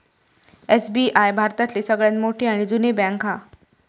SBI भारतातली सगळ्यात मोठी आणि जुनी बॅन्क हा